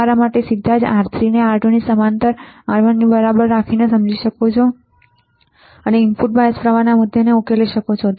તમારા માટે તમે સીધા જ R3 ને R2 ની સમાંતર R1 ની બરાબર રાખીને સમજી શકો છો અમે ઇનપુટ બાયસ પ્રવાહના મુદ્દાને ઉકેલી શકીએ છીએ